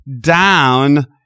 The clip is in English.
down